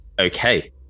Okay